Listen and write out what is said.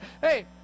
Hey